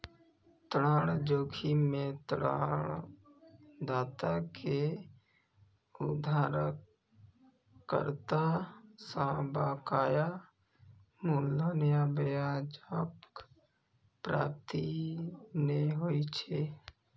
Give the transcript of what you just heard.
ऋण जोखिम मे ऋणदाता कें उधारकर्ता सं बकाया मूलधन आ ब्याजक प्राप्ति नै होइ छै